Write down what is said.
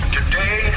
Today